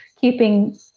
keeping